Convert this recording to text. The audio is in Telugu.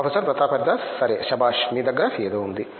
ప్రొఫెసర్ ప్రతాప్ హరిదాస్ సరే శభాష్ మీ దగ్గర ఏదో ఉంది